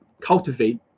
cultivate